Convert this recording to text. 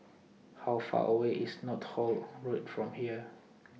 How Far away IS Northolt Road from here